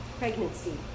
pregnancy